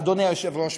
אדוני היושב-ראש,